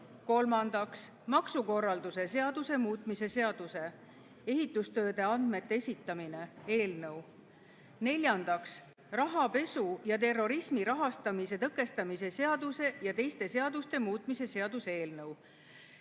Kolmandaks, maksukorralduse seaduse muutmise seaduse (ehitustööde andmete esitamine) eelnõu. Neljandaks, rahapesu ja terrorismi rahastamise tõkestamise seaduse ja teiste seaduste muutmise seaduse eelnõu.